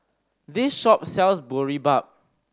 this shop sells Boribap